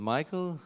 Michael